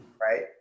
right